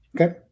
Okay